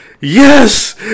yes